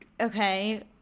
okay